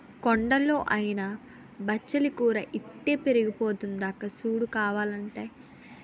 కొండల్లో అయినా బచ్చలి కూర ఇట్టే పెరిగిపోద్దక్కా సూడు కావాలంటే